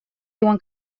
diuen